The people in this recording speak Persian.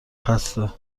خسته